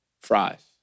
fries